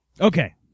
Okay